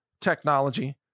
technology